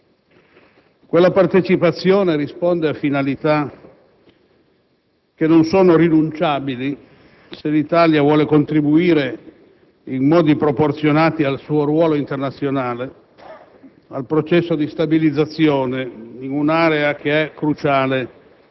i rischi e le incognite della partecipazione italiana. Quella partecipazione risponde a finalità che non sono rinunciabili se l'Italia vuole contribuire, in modi proporzionati al suo ruolo internazionale,